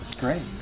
Great